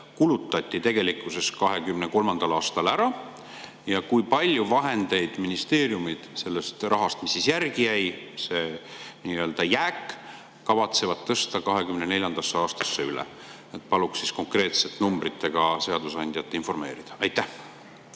kulutati tegelikkuses 2023. aastal ära ja kui palju vahendeid ministeeriumid sellest rahast, mis järgi jäi – sellest nii-öelda jäägist – kavatsevad tõsta 2024. aastasse üle? Paluksin konkreetselt numbreid nimetades seadusandjat informeerida. Aitäh!